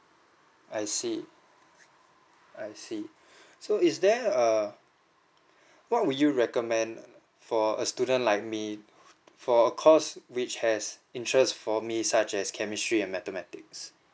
I see I see so is there err what would you recommend for a student like me for a course which has interest for me such as chemistry and mathematics